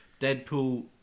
Deadpool